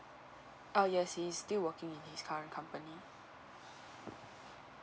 uh yes he is still working in his current company